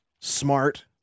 smart